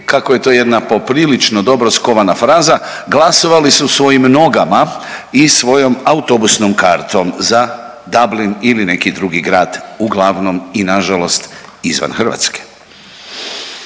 kako je to jedna poprilično dobro skovana fraza glasovali su svojim nogama i svojom autobusnom kartom za Dublin ili neki drugi grad uglavnom i nažalost izvan Hrvatske.